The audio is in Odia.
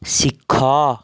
ଶିଖ